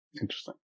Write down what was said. interesting